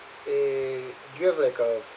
and you have like a